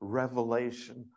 revelation